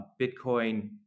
Bitcoin